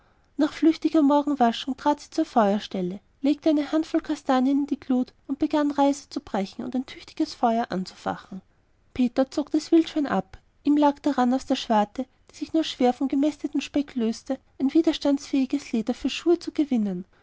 nach flüchtiger morgenwaschung trat sie zur feuerstelle legte eine handvoll kastanien in die glut und begann reiser zu brechen und ein tüchtiges feuer anzufachen peter zog das wildschwein ab ihm lag daran aus der schwarte die sich nur schwer vom angemästeten speck löste ein widerstandsfähiges leder für schuhe zu gewinnen